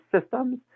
systems